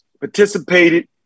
participated